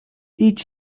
idź